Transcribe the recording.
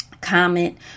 Comment